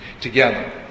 together